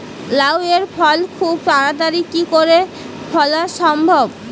লাউ এর ফল খুব তাড়াতাড়ি কি করে ফলা সম্ভব?